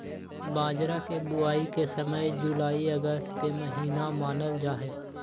बाजरा के बुवाई के समय जुलाई अगस्त के महीना मानल जाहई